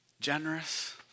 generous